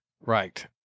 Right